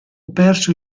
perso